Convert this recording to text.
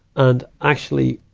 and, actually,